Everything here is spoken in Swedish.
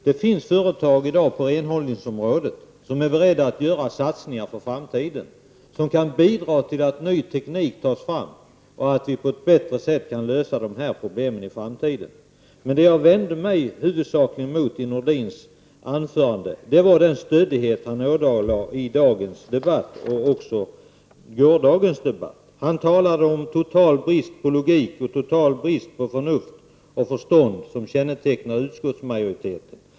Det finns i dag företag på renhållningsområdet som är beredda att göra satsningar för framtiden som kan bidra till att ny teknik tas fram så att vi på ett bättre sätt kan lösa dessa problem i framtiden. Men vad jag i huvudsak vände mig emot i Nordins anförande var den stöddighet han visade i dagens debatt och även i gårdagens debatt. Han talade om en total brist på logik och en total brist på förnuft och förstånd som kännetecknade utskottsmajoriteten.